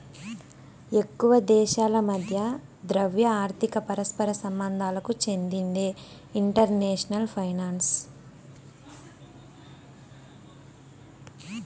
ఎక్కువ దేశాల మధ్య ద్రవ్య, ఆర్థిక పరస్పర సంబంధాలకు చెందిందే ఇంటర్నేషనల్ ఫైనాన్సు